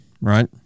right